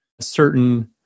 certain